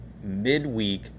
midweek